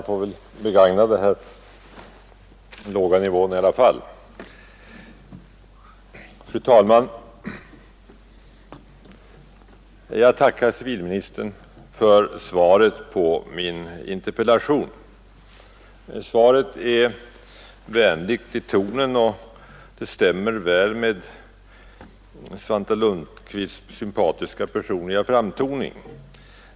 Fru talman! Jag tackar civilministern för svaret på min interpellation. Svaret är vänligt i tonen, och det stämmer väl med Svante Lundkvists sympatiska personliga framtoning.